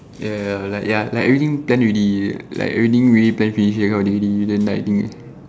ya ya ya like ya already plan already plan like everything already plan finish already that kind of thing then like thing